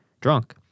drunk